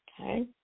okay